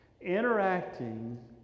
interacting